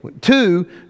Two